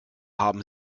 haben